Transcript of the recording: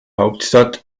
hauptstadt